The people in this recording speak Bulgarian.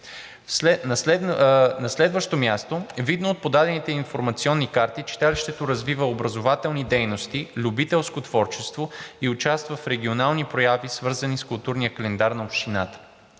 На следващо място, е видно от подадените информационни карти, читалището развива образователни дейности, любителско творчество и участва в регионални прояви, свързани с културния календар на общината.